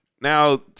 Now